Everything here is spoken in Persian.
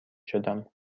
شدم